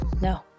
No